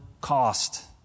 cost